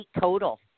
total